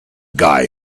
guy